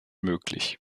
möglich